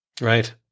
Right